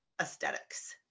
aesthetics